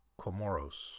Comoros